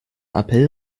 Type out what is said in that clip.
appell